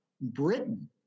Britain